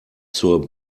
zur